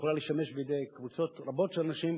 שיכולה לשמש בידי קבוצות רבות של אנשים,